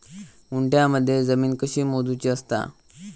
गुंठयामध्ये जमीन कशी मोजूची असता?